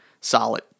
solid